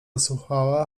słuchała